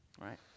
right